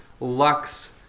Lux